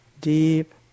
deep